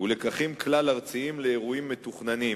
ולקחים כלל-ארציים מאירועים מתוכננים,